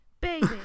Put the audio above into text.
baby